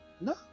no